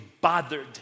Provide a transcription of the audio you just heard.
bothered